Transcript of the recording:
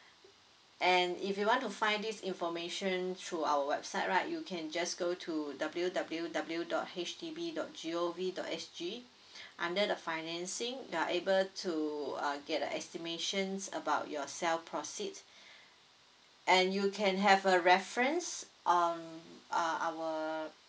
and if you want to find this information through our website right you can just go to W W W dot H D B dot G O V dot S G under the financing you are able to uh get the estimations about your sale proceed and you can have a reference um uh our